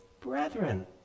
brethren